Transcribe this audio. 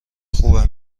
خوبه